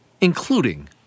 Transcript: including